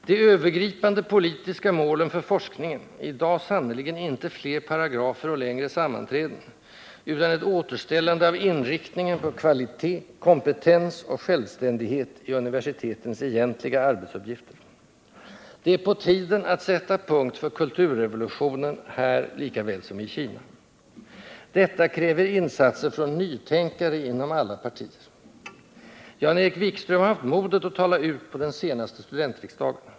”De övergripande politiska målen för forskningen” är i dag sannerligen inte fler paragrafer och längre sammanträden, utan ett återställande av inriktningen på kvalitet, kompetens och självständighet i universitetens egentliga arbetsuppgifter. Det är på tiden att sätta punkt för kulturrevolutionen, här likaväl som i Kina. Detta kräver insatser från nytänkare inom alla partier. Jan-Erik Wikström har haft modet att tala ut på den senaste studentriksdagen.